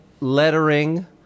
lettering